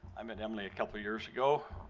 i met emily a couple years ago.